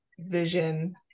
vision